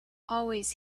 always